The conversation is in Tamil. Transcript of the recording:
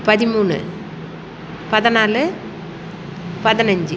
பதிமூணு பதினாலு பதினஞ்சு